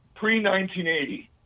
pre-1980